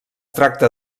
tracta